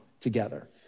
together